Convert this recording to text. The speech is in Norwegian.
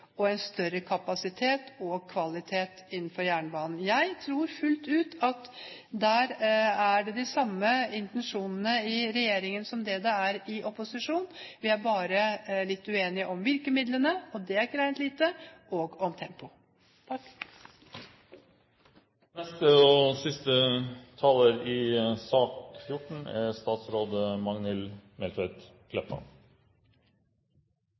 større kapasitet og kvalitet innenfor jernbanen. Jeg tror fullt ut at det er de samme intensjonene i regjeringen som det er i opposisjonen. Vi er bare uenige om virkemidlene – og det er ikke rent lite – og om tempoet. Det har vore nærmare 70 pst. auke i